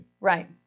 Right